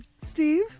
Steve